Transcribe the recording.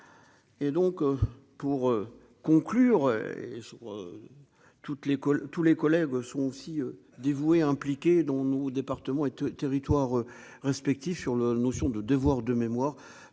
toute l'école tous les collègues sont aussi dévoués impliqué dans nos départements et territoires respectifs sur le notion de devoir de mémoire